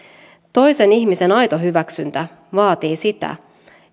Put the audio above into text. toisen ihmisen aito hyväksyntä vaatii sitä